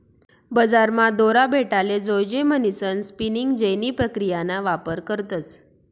बजारमा दोरा भेटाले जोयजे म्हणीसन स्पिनिंग जेनी प्रक्रियाना वापर करतस